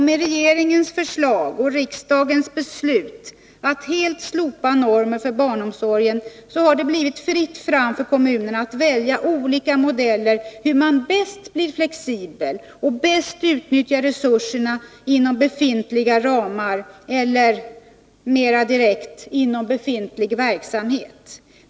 Med regeringens förslag och riksdagens beslut att helt slopa normer för barnomsorgen har det blivit fritt fram för kommunerna att välja olika modeller för hur man bäst blir flexibel och bäst utnyttjar resurserna inom befintliga ramar eller — mer direkt uttryckt — inom befintlig verksamhet.